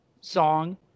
song